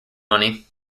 money